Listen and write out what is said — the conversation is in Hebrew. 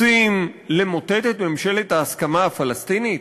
רוצים למוטט את ממשלת ההסכמה הפלסטינית?